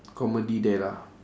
comedy there lah